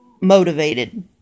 motivated